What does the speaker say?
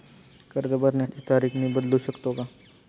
कर्ज भरण्याची तारीख मी बदलू शकतो का?